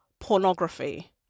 pornography